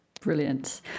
brilliant